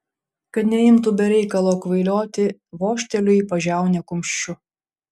kad neimtų be reikalo kvailioti vožteliu į pažiaunę kumščiu